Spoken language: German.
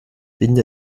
binde